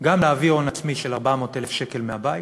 גם להביא הון עצמי של 400,000 שקל מהבית